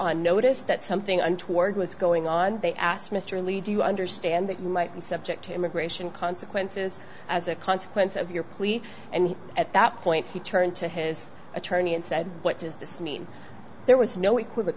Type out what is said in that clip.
on notice that something untoward was going on they asked mr lee do you understand that you might and subject to immigration consequences as a consequence of your plea and at that point he turned to his attorney and said what does this mean there was no equi